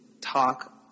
talk